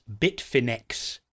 Bitfinex